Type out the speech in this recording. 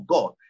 God